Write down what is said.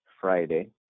Friday